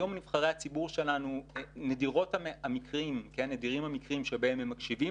היום נבחרי הציבור שלנו נדירים המקרים שבהם הם מקשיבים